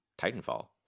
Titanfall